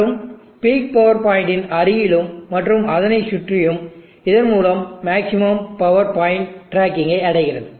மற்றும் peak power point இன் அருகிலும் மற்றும் அதனை சுற்றியும் இதன் மூலம் மேக்ஸிமம் பவர் பாயிண்ட் டிராக்கிங்கை அடைகிறது